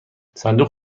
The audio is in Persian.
صندوق